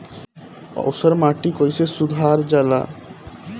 ऊसर माटी कईसे सुधार जाला?